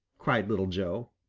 cried little joe.